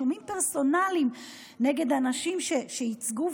אישומים פרסונליים נגד אנשים שייצגו,